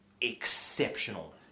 exceptional